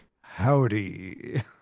Howdy